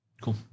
Cool